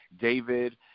David